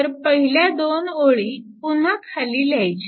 तर पहिल्या दोन ओळी पुन्हा खाली लिहायच्या